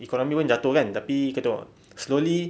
economy pun jatuh tapi kau tengok slowly